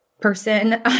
person